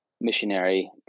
missionary